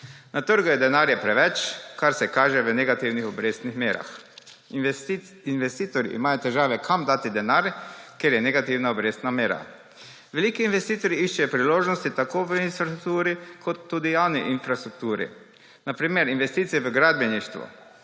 Na trgu je denarja preveč, kar se kaže v negativnih obrestnih merah. Investitorji imajo težave, kam dati denar, ker je negativna obrestna mera. Veliki investitorji iščejo priložnosti tako v infrastrukturi kot tudi javni infrastrukturi – na primer, investicije v gradbeništvu,